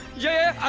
yeah,